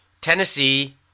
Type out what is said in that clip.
Tennessee